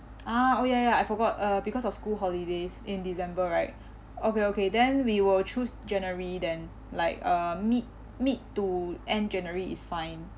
ah oh ya ya ya I forgot uh because of school holidays in december right okay okay then we will choose january then like uh mid mid to end january is fine